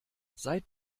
seit